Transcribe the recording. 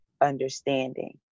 understanding